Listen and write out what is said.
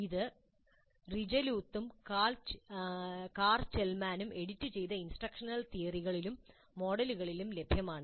ഇത് റീജലൂത്തും കാർ ചെൽമാനും എഡിറ്റുചെയ്ത ഇൻസ്ട്രക്ഷണൽ തിയറികളിലും മോഡലുകളിലും ലഭ്യമാണ്